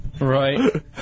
Right